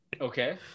Okay